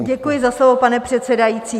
Děkuji za slovo, pane předsedající.